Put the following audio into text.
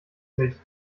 nicht